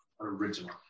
original